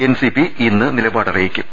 NCP ഇന്ന് നിലപാട് അറിയിക്കും